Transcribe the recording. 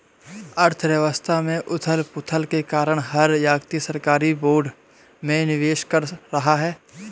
अर्थव्यवस्था में उथल पुथल के कारण हर व्यक्ति सरकारी बोर्ड में निवेश कर रहा है